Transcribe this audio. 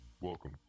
Welcome